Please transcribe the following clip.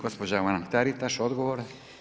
Gospođa Mrak-Taritaš, odgovor.